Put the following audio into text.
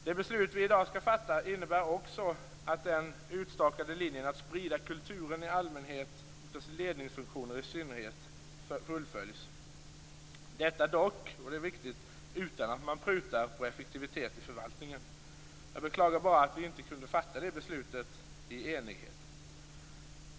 Det beslut vi i dag skall fatta innebär också att den utstakade linjen att sprida kulturen i allmänhet och dess ledningsfunktioner i synnerhet fullföljs - detta dock utan att man prutar på effektivitet i förvaltningen. Det är viktigt. Jag beklagar bara att vi inte kunde fatta detta beslut i enighet.